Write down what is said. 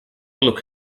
look